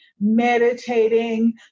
meditating